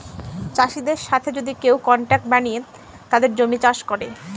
চাষীদের সাথে যদি কেউ কন্ট্রাক্ট বানিয়ে তাদের জমি চাষ করে